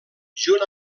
junt